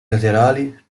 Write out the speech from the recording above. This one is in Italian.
laterali